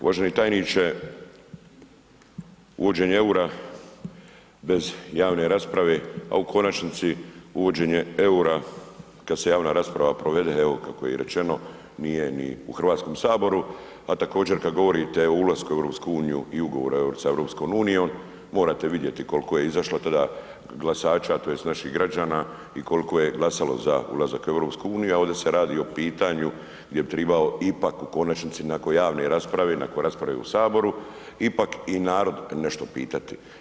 Uvaženi tajniče, uvođenje EUR-a bez javne rasprave, a u konačnici uvođenje EUR-a kad se javna rasprava provede, evo kako je i rečeno, nije ni u HS, a također kad govorite o ulasku u EU i ugovora sa EU, morate vidjeti koliko je izašlo tada glasača tj. naših građana i koliko je glasalo za ulazak u EU, a ovdje se radi o pitanju gdje bi tribao ipak u konačnici nakon javne rasprave, nakon rasprave u HS, ipak i narod nešto pitati.